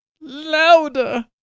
louder